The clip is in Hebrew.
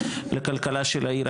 לכלכלה של העיר,